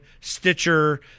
Stitcher